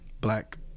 black